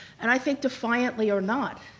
and i think defiantly or not,